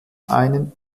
einen